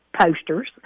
posters